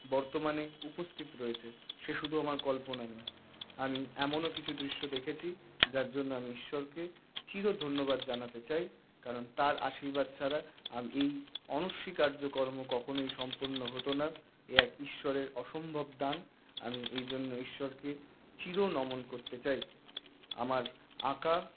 বর্তমানে উপস্থিত রয়েছে সে শুধু আমার কল্পনাই নয় আমি এমনও কিছু দৃশ্য দেখেছি যার জন্য আমি ঈশ্বরকে চির ধন্যবাদ জানাতে চাই কারণ তার আশীর্বাদ ছাড়া আমি এই অনস্বীকার্য কর্ম কখনই সম্পূর্ণ হতো না এ এক ঈশ্বরের অসম্ভব দান আমি এই জন্য ঈশ্বরকে চিরনমন করতে চাই আমার আঁকা